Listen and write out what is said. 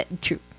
true